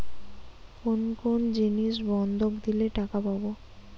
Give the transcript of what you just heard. কোন কোন জিনিস বন্ধক দিলে টাকা পাব?